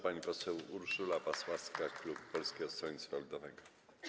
Pani poseł Urszula Pasławska, klub Polskiego Stronnictwa Ludowego.